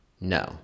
No